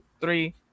three